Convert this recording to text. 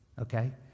Okay